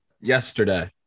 Yesterday